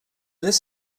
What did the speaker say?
this